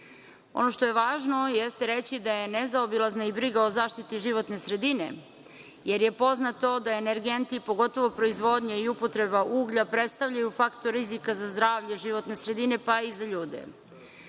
što je važno jeste reći da je nezaobilazna i briga o zaštiti životne sredine, jer je poznato da energenti, pogotovo proizvodnja i upotreba uglja predstavljaju faktor rizika za zdravlje životne sredine, pa i za ljude.